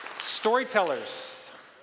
Storytellers